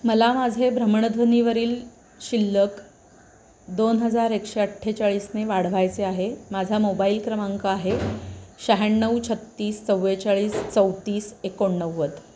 मला माझे भ्रमणध्वनीवरील शिल्लक दोन हजार एकशे अठ्ठेचाळीसने वाढवायचे आहे माझा मोबाईल क्रमांक आहे शह्याण्णव छत्तीस चव्वेचाळीस चौतीस एकोणनव्वद